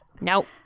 Nope